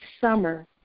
summer